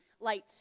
lights